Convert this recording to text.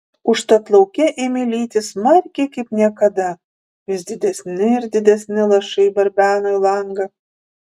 užtat lauke ėmė lyti smarkiai kaip niekada vis didesni ir didesni lašai barbeno į langą